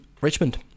Richmond